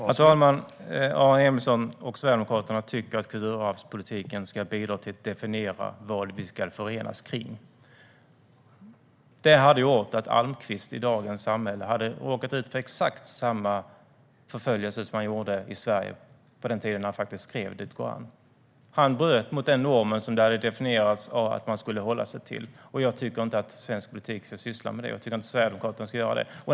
Herr talman! Aron Emilsson och Sverigedemokraterna tycker att kulturarvspolitiken ska bidra till att definiera vad vi ska förenas kring. Det skulle ha gjort att Almqvist i dagens samhälle hade råkat ut för exakt samma förföljelse som han gjorde i Sverige på den tiden då han skrev Det går an . Han bröt mot den norm som det hade definierats att man skulle hålla sig till och förföljdes för det. Jag tycker inte att svensk politik ska syssla med sådant. Jag tycker inte att Sverigedemokraterna ska göra det.